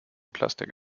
plastik